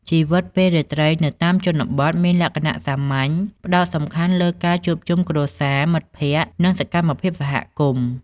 ជីវិតពេលរាត្រីនៅតាមជនបទមានលក្ខណៈសាមញ្ញ ផ្ដោតសំខាន់លើការជួបជុំគ្រួសារ មិត្តភក្តិ និងសកម្មភាពសហគមន៍។